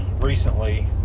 recently